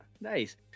nice